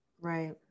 Right